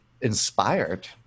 inspired